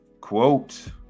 quote